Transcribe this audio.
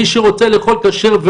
מי שרוצה לאכול כשר,